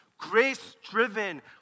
grace-driven